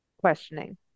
questioning